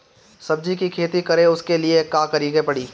सब्जी की खेती करें उसके लिए का करिके पड़ी?